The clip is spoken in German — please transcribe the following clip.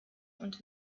und